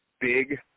big